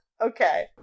Okay